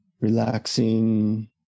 relaxing